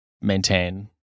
maintain